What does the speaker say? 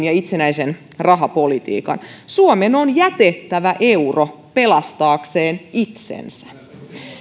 ja itsenäisen rahapolitiikan suomen on jätettävä euro pelastaakseen itsensä